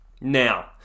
now